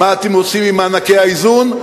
מה אתם עושים עם מענקי האיזון?